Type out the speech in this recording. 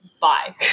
Bye